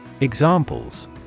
Examples